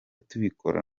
tubikora